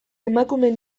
emakumeen